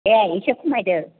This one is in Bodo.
दे एसे खमायदो